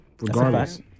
regardless